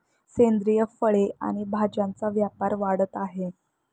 सेंद्रिय फळे आणि भाज्यांचा व्यापार वाढत आहे